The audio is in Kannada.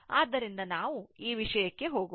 ಆದ್ದರಿಂದ ನಾವು ಈ ವಿಷಯಕ್ಕೆ ಹೋಗೋಣ